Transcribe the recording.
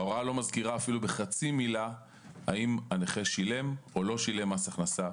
ההוראה לא מזכירה אפילו בחצי מילה האם הנכה שילם או לא שילם מס הכנסה.